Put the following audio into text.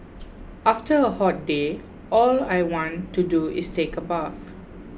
after a hot day all I want to do is take a bath